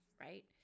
right